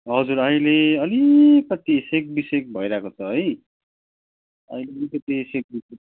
हजुर अहिले अलिकति सेक बिसेक भइरहेको छ है अहिले अलिकति सेक बिसेक